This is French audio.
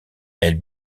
elle